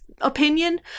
opinion